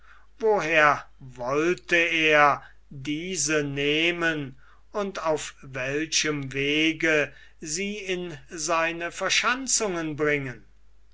woher wollte er diese nehmen und auf welchem wege sie in seine verschanzungen bringen